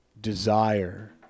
desire